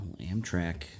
Amtrak